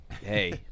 hey